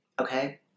okay